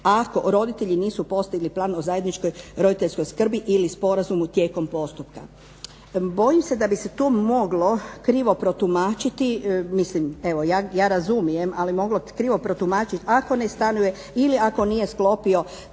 ako roditelji nisu postigli plan o zajedničkoj roditeljskoj skrbi ili sporazumu tijekom postupka. Bojim se da bi se tu moglo krivo protumačiti, mislim evo ja razumije, ali moglo krivo protumačiti ako ne stanuje ili ako nije sklopio